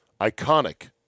iconic